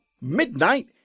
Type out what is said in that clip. Midnight